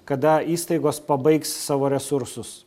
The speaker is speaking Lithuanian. kada įstaigos pabaigs savo resursus